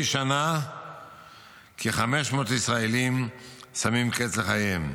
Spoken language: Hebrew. מדי שנה כ-500 ישראלים שמים קץ לחייהם,